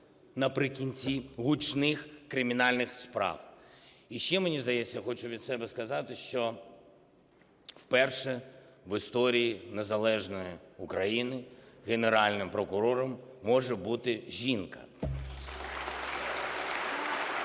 наприкінці гучних кримінальних справ. І ще, мені здається, хочу від себе сказати, що вперше в історії незалежної України Генеральним прокурором може бути жінка. (Оплески)